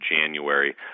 January